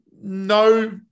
no